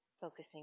focusing